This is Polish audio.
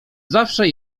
zawsze